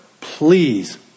please